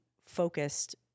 focused